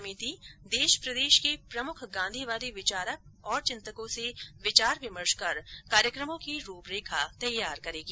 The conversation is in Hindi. समिति देश प्रदेश के प्रमुख गांधीवादी विचारक और चिंतकों से विचार विमर्श कर कार्यक्रमों की रुपरेखा तैयार करेगी